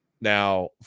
Now